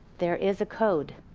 there is a code,